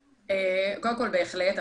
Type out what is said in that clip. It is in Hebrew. בהחלט.